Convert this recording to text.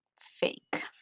fake